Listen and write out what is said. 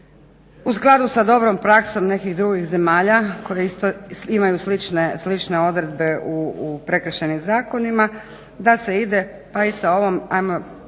u skladu sa dobrom praksom nekih drugih zemalja koje isto imaju slične odredbe u prekršajnim zakonima da se ide pa i sa ovom hajmo